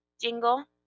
jingle